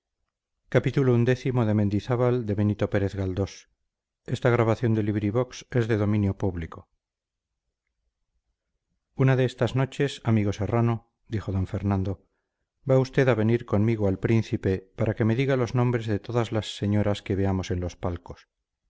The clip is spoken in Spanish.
clemencín una de estas noches amigo serrano dijo d fernando va usted a venir conmigo al príncipe para que me diga los nombres de todas las señoras que veamos en los palcos